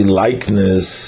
likeness